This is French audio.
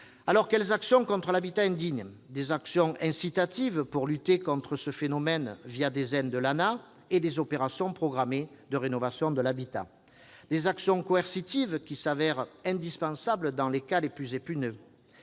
Alors, quelles actions contre l'habitat indigne ? Des actions incitatives pour lutter contre ce phénomène des aides de l'Agence nationale de l'habitat, l'ANAH, et des opérations programmées de rénovation de l'habitat. Des actions coercitives, qui s'avèrent indispensables dans les cas les plus épineux.